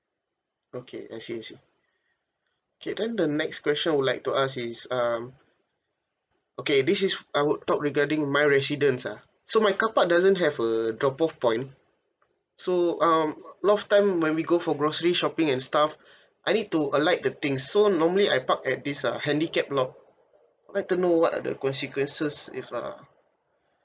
okay I see I see K then the next question would like to ask is um okay this is I would talk regarding my residence ah so my carpark doesn't have a drop off point so um lots time when we go for grocery shopping and stuff I need to alight the things so normally I park at this uh handicap lot like to know what are the consequences if uh